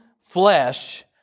flesh